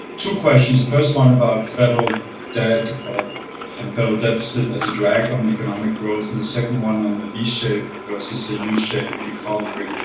two questions, the first one about federal debt and federal deficit as a drag on economic growth, and the second one on the v-shaped versus the yeah u-shaped recovery.